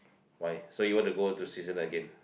why so you want to go to Switzerland again